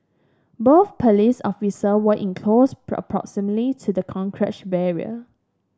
both police officer were in close to the barrier